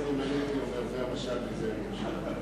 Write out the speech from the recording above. אם אני הייתי אומר שזה המשל וזה הנמשל.